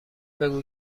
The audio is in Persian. بگو